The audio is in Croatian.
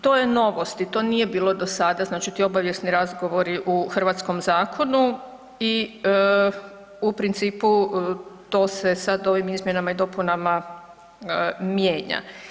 To je novost i to nije bilo do sada, znači ti obavijesni razgovori u hrvatskom zakonu i u principu to se sad ovim izmjenama i dopunama mijenja.